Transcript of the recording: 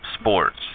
sports